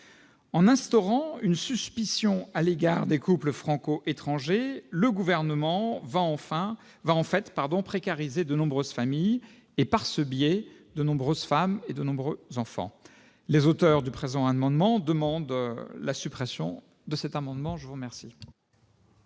En instaurant une suspicion à l'égard des couples franco-étrangers, le Gouvernement va, en fait, précariser de nombreuses familles et, par ce biais, nombre de femmes et d'enfants. Les auteurs du présent amendement demandent la suppression de l'article 30. La parole